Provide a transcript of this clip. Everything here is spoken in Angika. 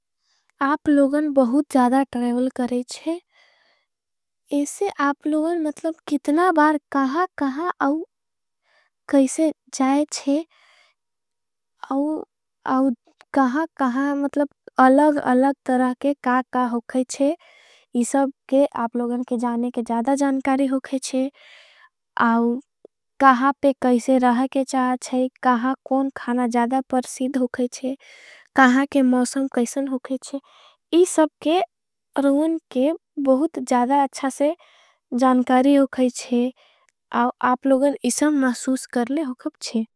आप लोगन बहुत ज़्यादा ट्रैवल करेच्छे। इससे आप लोगन मतलब कितना बार। कहा कहा अव कैसे जायच्छे अव कहा। कहा मतलब अलग अलग तरह के का। का होखेच्छे इसब के आप लोगन के जाने। के ज़्यादा जानकारी होखेच्छे आप। लोगन इससे मासूस करले होखेच्छे।